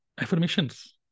affirmations